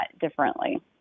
differently